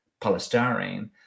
polystyrene